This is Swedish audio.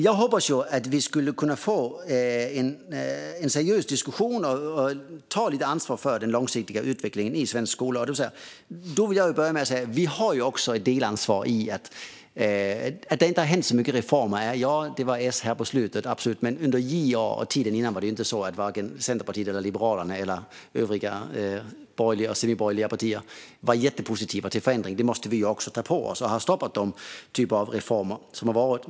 Jag hoppas att vi kan få till en seriös diskussion och ta lite ansvar för den långsiktiga utvecklingen i svensk skola. Då vill jag börja med att säga att också vi har ett delansvar i att det inte har gjorts så många reformer. Det var det här med S på slutet, absolut, men under JA-tiden innan var det inte så att vare sig Centerpartiet, Liberalerna eller övriga borgerliga eller semiborgerliga partier var jättepositiva till förändring. Det måste vi också ta på oss. Vi har stoppat de reformer som varit på förslag.